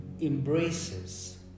embraces